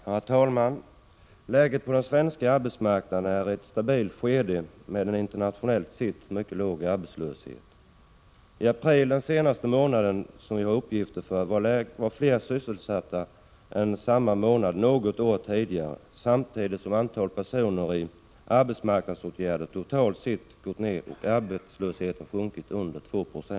Herr talman! Läget på den svenska arbetsmarknaden är inne i ett stabilt skede, med en internationellt sett mycket låg arbetslöshet. I april, den senaste månaden som vi har uppgifter för, var fler sysselsatta än samma månad något år tidigare, samtidigt som antalet personer i arbetsmarknadsåtgärder totalt sett gått ner och arbetslösheten sjunkit till under 2 96.